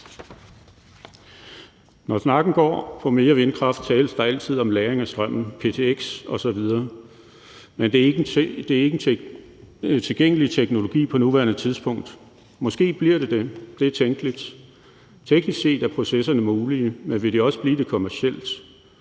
mere vindkraft, tales der altid om lagring af strømmen, ptx osv., men det er ikke en tilgængelig teknologi på nuværende tidspunkt. Måske bliver den det, det er tænkeligt. Teknisk set er processerne mulige, men vil de også blive det kommercielt?